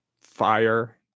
fire